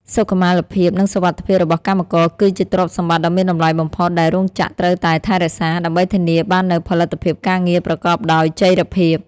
សុខុមាលភាព និងសុវត្ថិភាពរបស់កម្មករ គឺជាទ្រព្យសម្បត្តិដ៏មានតម្លៃបំផុតដែលរោងចក្រត្រូវតែថែរក្សា ដើម្បីធានាបាននូវផលិតភាពការងារប្រកបដោយចីរភាព។